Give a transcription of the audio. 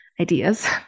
ideas